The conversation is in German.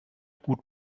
gut